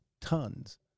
tons